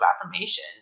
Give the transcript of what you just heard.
affirmation